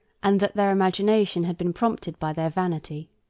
and that their imagination had been prompted by their vanity.